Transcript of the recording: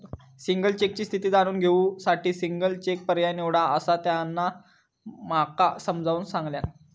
single चेकची स्थिती जाणून घेऊ साठी सिंगल चेक पर्याय निवडा, असा त्यांना माका समजाऊन सांगल्यान